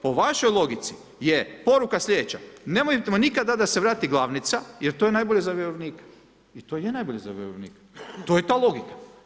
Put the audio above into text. Po vašoj logici je poruka sljedeća: nemojmo nikad dat da se vrati glavnica jer to je najbolje za vjerovnika i to je najbolje za vjerovnika, to je ta logika.